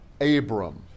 Abram